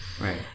Right